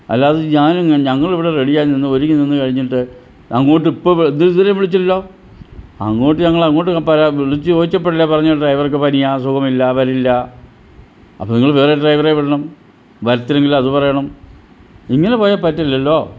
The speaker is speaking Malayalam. അല്ലാതെ ഞാൻ ഞങ്ങളിവിടെ റെഡി ആയി നിന്ന് ഒരുങ്ങി നിന്ന് കഴിഞ്ഞിട്ട് അങ്ങോട്ട് ഇപ്പം വ ഇത് ഇതുവരേം വിളിച്ചില്ലല്ലോ അങ്ങോട്ട് ഞങ്ങൾ അങ്ങോട്ട് പരാതി വിളിച്ച് ചോദിച്ചപ്പോഴല്ലേ പറഞ്ഞത് ഡ്രൈവർക്ക് പനിയാണ് സുഖമില്ല വരില്ല അപ്പം നിങ്ങൾ വേറെ ഡ്രൈവറെ വിടണം വരത്തില്ലെങ്കിൽ അത് പറയണം ഇങ്ങനെ പോയാൽ പറ്റില്ലല്ലോ